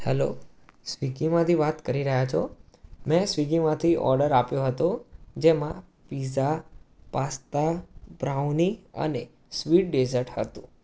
hello સ્વીગીમાંથી વાત કરી રહ્યા છો મેં સ્વીગીમાંથી ઓર્ડર આપ્યો હતો જેમાં પીઝા પાસ્તા બ્રાઉની અને સ્વીટ ડેઝર્ટ હતું